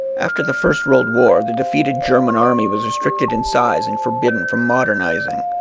after the first world war the defeated german army was restricted in size and forbidden from modernizing.